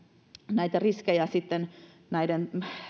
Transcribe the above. näitä riskejä näiden